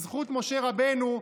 בזכות משה רבנו,